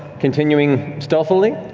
continuing stealthily?